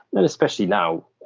and especially now,